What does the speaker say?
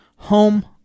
Home